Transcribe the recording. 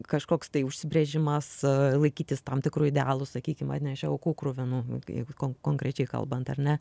kažkoks tai užsibrėžimas laikytis tam tikrų idealų sakykim atnešė aukų kruvinųko konkrečiai kalbant ar ne